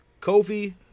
Kofi